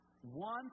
one